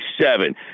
seven